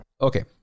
Okay